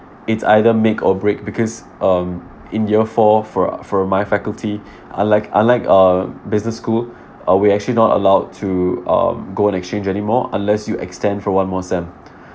it's either make or break because um in year four for for my faculty unlike unlike a business school uh we're actually not allowed to go on exchange anymore unless you extend for one more semester